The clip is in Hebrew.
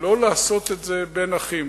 לא לעשות את זה בין אחים.